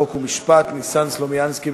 חוק ומשפט ניסן סלומינסקי.